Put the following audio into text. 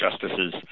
justices